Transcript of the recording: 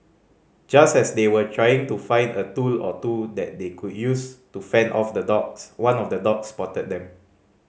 just as they were trying to find a tool or two that they could use to fend off the dogs one of the dogs spotted them